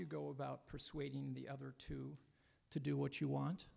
you go about persuading the other two to do what you want